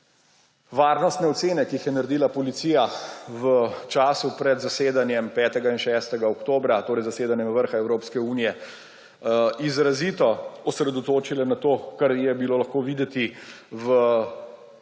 varnostne ocene, ki jih je naredila policija v času pred zasedanjem 5. in 6. oktobra, torej pred zasedanjem vrha Evropske unije, izrazito osredotočile na to, kar je bilo lahko videti v